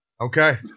okay